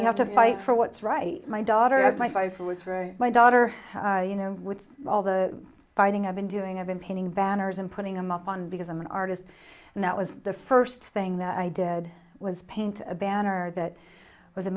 you have to fight for what's right my daughter of my for was for my daughter you know with all the fighting i've been doing i've been painting banners and putting them up on because i'm an artist and that was the first thing that i did was paint a banner that was a